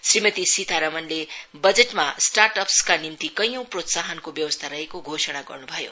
श्रीमती सीथारमले बजटमा स्टार्ट अपस् का निम्ति कैयौं प्रोत्साहनको व्यवस्था रहेको घोषणा गर्नु भयो